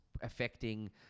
affecting